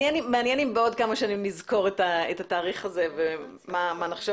מעניין אם בעוד כמה שנים נזכור את התאריך הזה ומה נחשוב